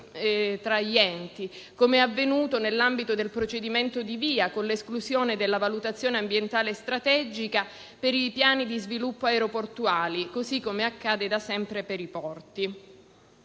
tra gli enti, come è avvenuto nell'ambito del procedimento di VIA, con l'esclusione della valutazione ambientale strategica per i piani di sviluppo aeroportuali, così come accade da sempre per i porti.